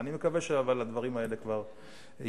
אני מקווה שהדברים האלה כבר השתפרו.